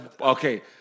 Okay